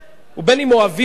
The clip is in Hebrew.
ובין אם אוהבים אותה